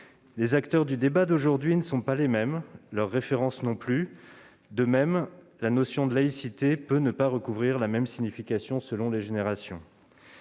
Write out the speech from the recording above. Les acteurs du débat d'aujourd'hui ne sont pas les mêmes, leurs références non plus. De même, la notion de laïcité peut ne pas recouvrir la même signification selon les générations.